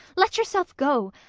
let yourself go!